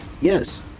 yes